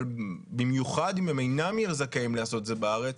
אבל במיוחד אם הם אינם יהיו זכאים לעשות את זה בארץ,